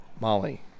molly